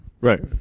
Right